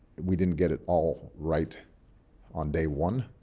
we didn't get it all right on day one.